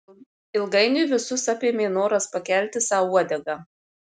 ilgainiui visus apėmė noras pakelti sau uodegą